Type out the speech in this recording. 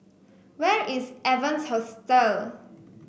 where is Evans Hostel